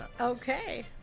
Okay